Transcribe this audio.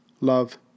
Love